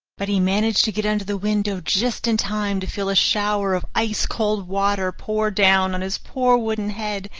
but he managed to get under the window just in time to feel a shower of ice-cold water pour down on his poor wooden head,